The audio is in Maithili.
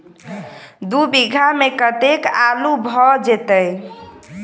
दु बीघा मे कतेक आलु भऽ जेतय?